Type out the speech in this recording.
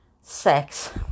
sex